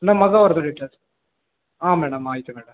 ನಮ್ಮ ಮಗ ಅವ್ರದು ಡಿಟೇಲ್ಸ್ ಹಾಂ ಮೇಡಮ್ ಆಯಿತು ಮೇಡಮ್